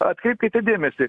atkreipkite dėmesį